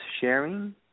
sharing